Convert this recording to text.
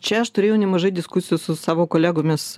čia aš turėjau nemažai diskusijų su savo kolegomis